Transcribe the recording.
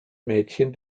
mädchen